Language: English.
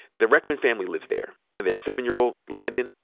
the reckman family lives there, and their seven-year-old, landon,